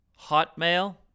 Hotmail